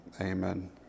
Amen